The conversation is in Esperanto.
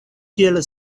kiel